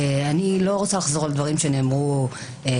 אני לא רוצה לחזור על דברים שנאמרו קודם,